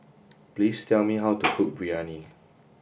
please tell me how to cook Biryani